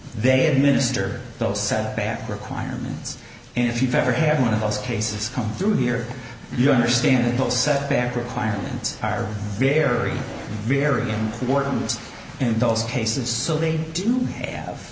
they administer those set back requirements and if you've ever had one of those cases come through here you understand the full set back requirements are very very important in those cases so they do have